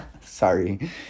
sorry